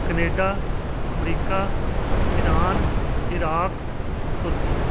Canada America Iran Iraq turkey